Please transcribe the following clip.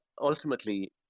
ultimately